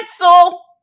cancel